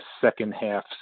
second-half